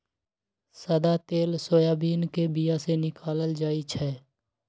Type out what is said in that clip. सदा तेल सोयाबीन के बीया से निकालल जाइ छै